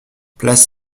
place